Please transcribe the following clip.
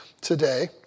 today